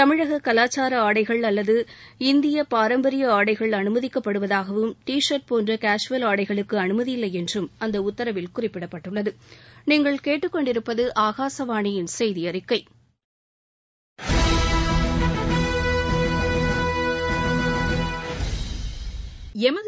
தமிழக கலாச்சார ஆடைகள் அல்லது இந்திய பாரம்பரிய ஆடைகள் அனுமதிக்கப்படுவதாகவும் டீஷர்ட் போன்ற கேஷ்வல் ஆடைகளுக்கு அனுமதியில்லை என்றும் அந்த உத்தரவில் குறிப்பிடப்பட்டுள்ளது